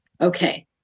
Okay